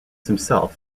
himself